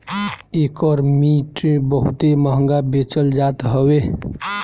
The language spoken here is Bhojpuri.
एकर मिट बहुते महंग बेचल जात हवे